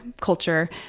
culture